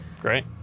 great